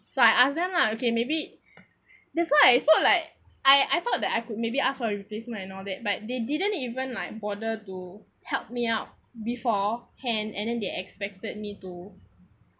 so I ask them lah okay maybe that's why I saw like I I thought that I could maybe ask for a replacement and all that but they didn't even like bother to help me out beforehand and then they expected me to